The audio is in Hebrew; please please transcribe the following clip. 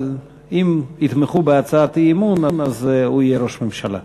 אבל אם יתמכו בהצעת האי-אמון אז הוא יהיה ראש הממשלה.